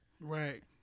Right